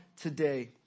today